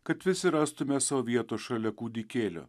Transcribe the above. kad visi rastume sau vietos šalia kūdikėlio